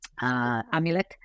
amulet